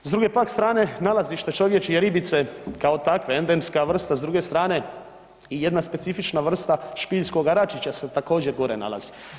S druge pak stane nalazište čovječje ribice kao takve endemska vrsta, s druge strane i jedna specifična vrsta špiljskoga račića se također gore nalazi.